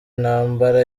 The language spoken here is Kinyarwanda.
ntambara